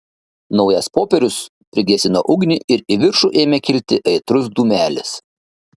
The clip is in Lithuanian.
naujas popierius prigesino ugnį ir į viršų ėmė kilti aitrus dūmelis